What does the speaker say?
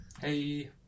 Hey